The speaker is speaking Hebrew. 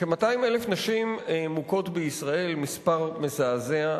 כ-200,000 נשים מוכות בישראל, מספר מזעזע.